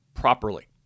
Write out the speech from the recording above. properly